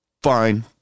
Fine